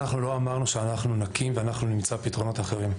אנחנו לא אמרנו שאנחנו נקים ואנחנו נמצא פתרונות אחרים.